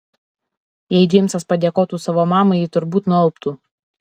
jei džeimsas padėkotų savo mamai ji turbūt nualptų